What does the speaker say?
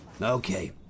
Okay